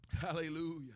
Hallelujah